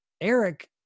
Eric